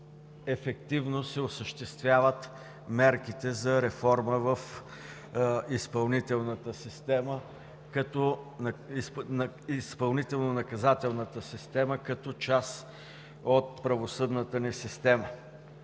ефективно се осъществяват мерките за реформа в изпълнително наказателната система като част от правосъдната ни система.